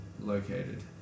located